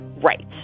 rights